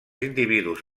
individus